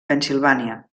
pennsilvània